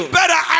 better